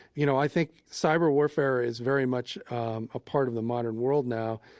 you know i think cyber warfare is very much a part of the modern world now,